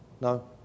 No